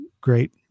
great